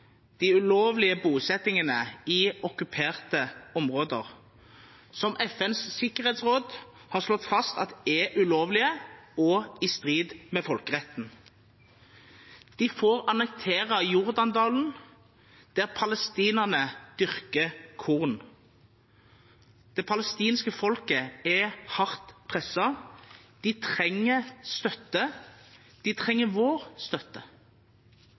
de ulovlige bosettingene i okkuperte områder, som FNs sikkerhetsråd har slått fast er ulovlige og i strid med folkeretten. De får annektere Jordandalen, der palestinerne dyrker korn. Det palestinske folket er hardt presset. De trenger støtte. De trenger vår støtte.